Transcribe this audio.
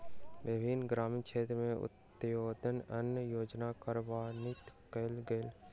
विभिन्न ग्रामीण क्षेत्र में अन्त्योदय अन्न योजना कार्यान्वित कयल गेल